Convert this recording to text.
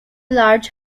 large